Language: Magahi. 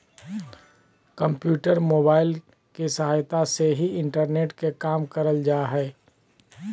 कम्प्यूटर, मोबाइल के सहायता से ही इंटरनेट के काम करल जा हय